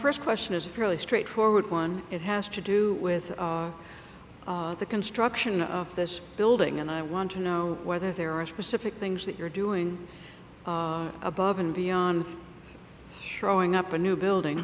first question is a fairly straightforward one it has to do with the construction of this building and i want to know whether there are specific things that you're doing above and beyond showing up a new building